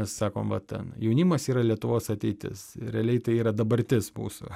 sakom va ten jaunimas yra lietuvos ateitis realiai tai yra dabartis mūsų